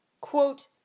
Quote